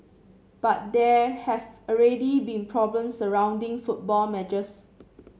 but there have already been problems surrounding football matches